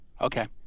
Okay